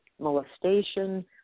molestation